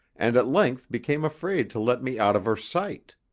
and at length became afraid to let me out of her sight.